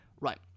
Right